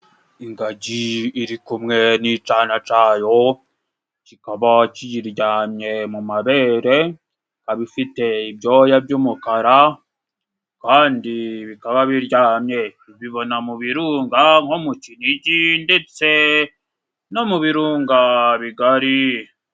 Ingagi iri kumwe n'icana cayo kikaba kiyiryamye mu mabere abifite ibyoya by'umukara kandi bikaba biryamye mbibona mu birunga nko mu Kinigi ndetse no mu birunga bigari.